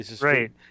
Right